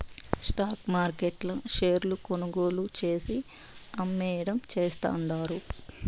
stock మార్కెట్ల షేర్లు కొనుగోలు చేసి, అమ్మేయడం చేస్తండారు